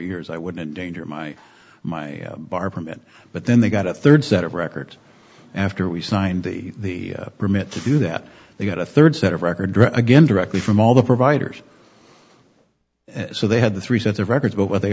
years i wouldn't danger my my bar permit but then they got a third set of records after we signed the permit to do that they got a third set of records again directly from all the providers so they had the three sets of records but what they